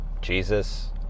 Jesus